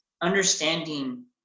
understanding